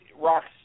Rock's